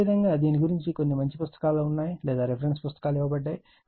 అదేవిధంగా దీని గురించి కొన్ని మంచి పుస్తకాలు ఉన్నాయి లేదా రిఫరెన్స్ పుస్తకాలు ఇవ్వబడ్డాయి